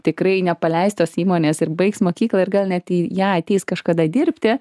tikrai nepaleis tos įmonės ir baigs mokyklą ir gal net į ją ateis kažkada dirbti